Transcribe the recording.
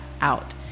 out